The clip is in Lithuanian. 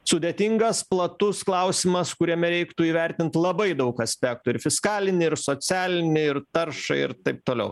sudėtingas platus klausimas kuriame reiktų įvertint labai daug aspektų ir fiskalinį ir socialinį ir taršą ir taip toliau